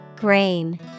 Grain